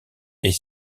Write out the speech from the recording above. est